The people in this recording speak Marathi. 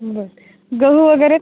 बरं गहू वगेरे